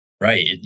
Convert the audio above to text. right